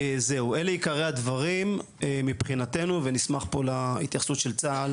אלה עיקרי הדברים מבחינתנו ונשמח פה להתייחסות של צה”ל